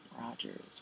Rogers